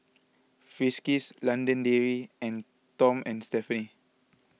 Friskies London Dairy and Tom and Stephanie